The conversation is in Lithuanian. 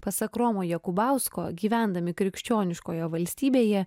pasak romo jakubausko gyvendami krikščioniškoje valstybėje